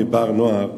ב"בר נוער",